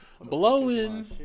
blowing